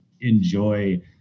enjoy